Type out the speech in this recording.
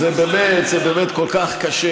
זה באמת כל כך קשה,